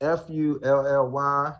fully